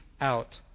out